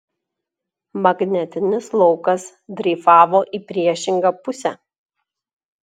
magnetinis laukas dreifavo į priešingą pusę